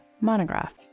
Monograph